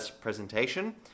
Presentation